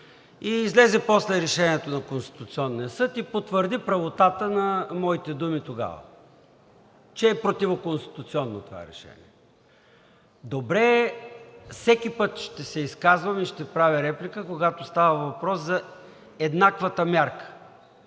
излезе после решението на Конституционния съд и потвърди правотата на моите думи тогава, че е противоконституционно това решение. Всеки път ще се изказвам и ще правя реплика, когато става въпрос за еднаквата мярка